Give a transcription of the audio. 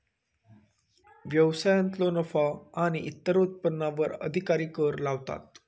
व्यवसायांतलो नफो आणि इतर उत्पन्नावर अधिकारी कर लावतात